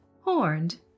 horned